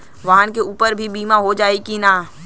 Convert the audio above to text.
वाहन के ऊपर भी बीमा हो जाई की ना?